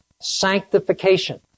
sanctification